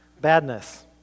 Badness